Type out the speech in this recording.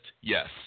yes